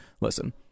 Listen